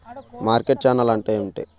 Market channel అంటే ఏమిటి?